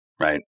Right